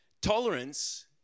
tolerance